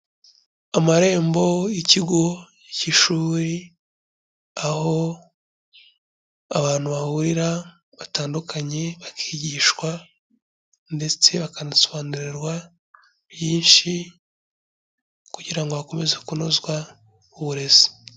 Amarembo y'ikigo cy'ishuri, aho abantu bahurira batandukanye, bakigishwa ndetse bakanasobanurirwa byinshi, kugira ngo hakomeze kunozwa uburezi.